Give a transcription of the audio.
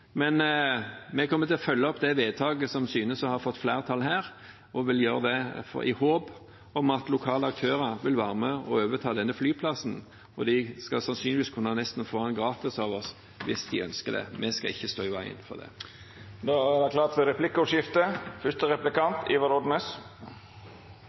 Men vi kommer til å følge opp det vedtaket som synes å få flertall her, og vil gjøre det i håp om at lokale aktører vil være med og overta denne flyplassen. De skal sannsynligvis kunne få den nesten gratis av oss hvis de ønsker det. Vi skal ikke stå i veien for det. Det vert replikkordskifte.